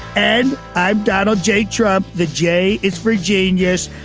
and i'm donald j trump the j. it's for jane. yes.